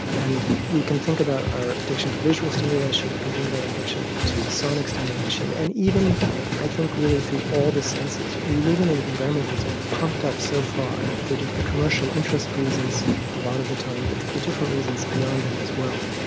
and we can think about our addiction to visual stimulation, we can think about addiction to sonic stimulation, and even i think really through all the senses we live in in an environment that's been pumped up so far for different commercial interest reasons a lot of the time, but for different reasons beyond that as well.